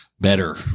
better